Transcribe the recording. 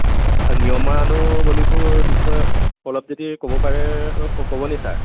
নিয়মানুৱলীবোৰ বিষয়ে অলপ যদি ক'ব পাৰে ক'ব নেকি ছাৰ